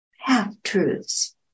half-truths